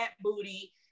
booty